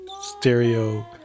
stereo